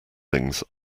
things